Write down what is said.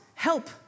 help